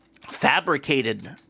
fabricated